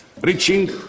reaching